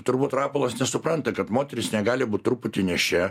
turbūt rapolas nesupranta kad moteris negali būt truputį nėščia